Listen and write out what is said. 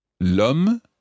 L'homme